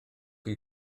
chi